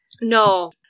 No